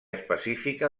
específica